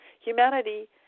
Humanity